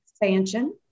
expansion